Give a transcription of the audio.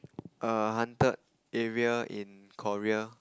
a haunted area in Korea